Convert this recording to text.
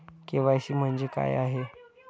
KYC म्हणजे काय आहे?